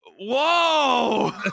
whoa